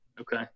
Okay